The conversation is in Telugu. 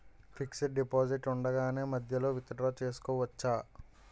ఫిక్సడ్ డెపోసిట్ ఉండగానే మధ్యలో విత్ డ్రా చేసుకోవచ్చా?